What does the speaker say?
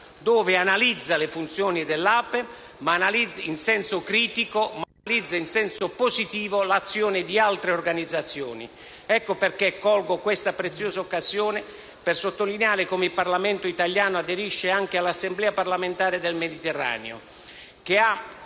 quale analizza le funzioni dell'APEM in senso critico, ma analizza in senso positivo l'azione di altre organizzazioni. Ecco perché colgo questa preziosa occasione per sottolineare come il Parlamento italiano aderisca anche all'Assemblea parlamentare del Mediterraneo,